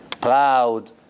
proud